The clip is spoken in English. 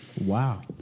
Wow